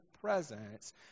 presence